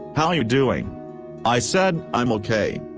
how you doing i said i'm okay.